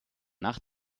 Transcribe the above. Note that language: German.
nach